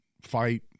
fight